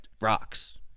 rocks